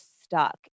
stuck